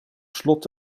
slot